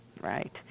Right